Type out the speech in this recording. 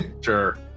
sure